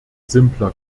simpler